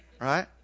Right